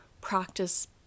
practice